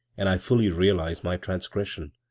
and i fully realize my transgres ion.